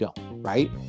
right